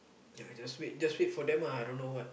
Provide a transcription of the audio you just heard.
ya just wait just wait for them ah I don't know what